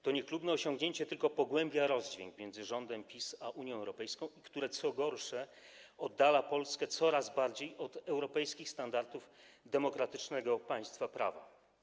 To niechlubne osiągnięcie tylko pogłębia rozdźwięk między rządem PiS a Unią Europejską, który co gorsza oddala Polskę coraz bardziej od europejskich standardów demokratycznego państwa prawa.